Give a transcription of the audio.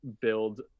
build